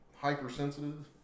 hypersensitive